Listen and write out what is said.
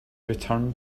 returned